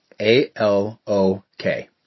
A-L-O-K